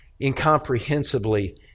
incomprehensibly